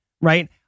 Right